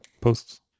posts